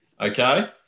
Okay